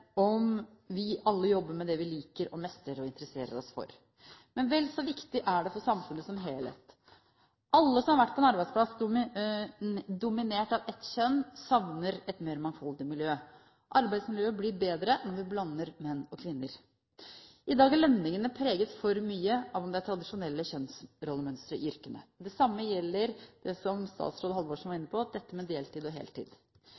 om vi alle jobber med det vi liker, mestrer og interesserer oss for, men vel så viktig er det for samfunnet som helhet. Alle som har vært på en arbeidsplass dominert av ett kjønn, savner et mer mangfoldig miljø. Arbeidsmiljøet blir bedre om vi blander menn og kvinner. I dag er lønningene for mye preget av om det er tradisjonelle kjønnsrollemønstre i yrkene. Det samme gjelder, som statsråd Halvorsen var inne på, heltid og